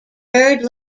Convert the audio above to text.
bird